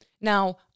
Now